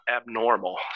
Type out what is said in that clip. abnormal